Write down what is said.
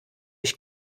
ich